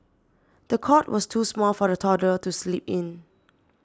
the cot was too small for the toddler to sleep in